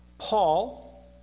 Paul